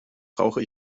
brauche